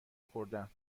خوردهام